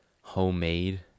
homemade